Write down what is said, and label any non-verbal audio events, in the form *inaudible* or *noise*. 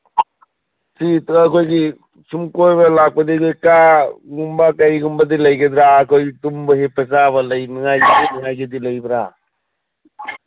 *unintelligible* ꯁꯨꯝ ꯀꯣꯏꯕ ꯂꯥꯛꯄꯅꯤꯗ ꯀꯥꯒꯨꯝꯕ ꯀꯩꯒꯨꯝꯕꯗꯤ ꯂꯩꯒꯗ꯭ꯔꯥ ꯑꯩꯈꯣꯏ ꯇꯨꯝꯕ ꯍꯤꯞꯄ ꯆꯥꯕ ꯂꯩꯅꯉꯥꯏꯒꯤꯗ ꯂꯩꯕ꯭ꯔꯥ